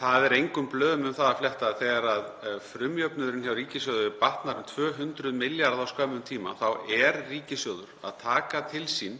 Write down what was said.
Það er engum blöðum um það að fletta að þegar frumjöfnuðurinn hjá ríkissjóði batnar um 200 milljarða á skömmum tíma þá er ríkissjóður að taka til sín